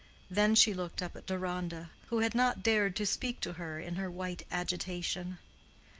then she looked up at deronda, who had not dared to speak to her in her white agitation.